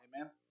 Amen